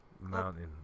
mountain